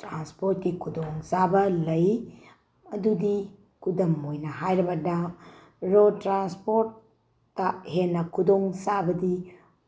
ꯇ꯭ꯔꯥꯟꯁꯄ꯭ꯣꯔꯠꯀꯤ ꯈꯨꯗꯣꯡꯆꯥꯕ ꯂꯩ ꯑꯗꯨꯗꯤ ꯈꯨꯗꯝ ꯑꯣꯏꯅ ꯍꯥꯏꯔꯕꯗ ꯔꯣꯠ ꯇ꯭ꯔꯥꯟꯁꯄ꯭ꯣꯔꯠꯇ ꯍꯦꯟꯅ ꯈꯨꯗꯣꯡꯆꯥꯕꯗꯤ